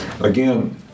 Again